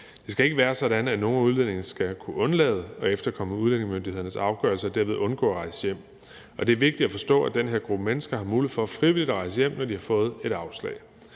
Det skal ikke være sådan, at nogle udlændinge skal kunne undlade at efterkomme udlændingemyndighedernes afgørelse og derved undgå at rejse hjem. Og det er vigtigt at forstå, at den her gruppe mennesker har mulighed for frivilligt at rejse hjem, når de har fået et afslag.